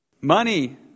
Money